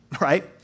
right